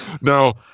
Now